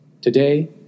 Today